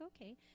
okay